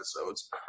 episodes